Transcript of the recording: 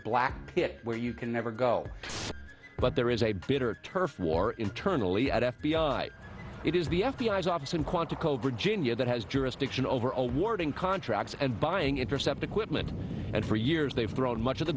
black pit where you can never go but there is a bitter turf war internally at f b i it is the f b i office in quantico virginia that has jurisdiction over awarding contracts and buying intercept equipment and for years they've thrown much of the